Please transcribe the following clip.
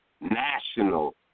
national